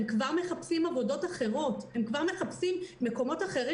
הם כבר מחפשים עבודות אחרות ומקומות אחרים